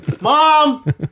mom